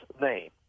name